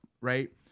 right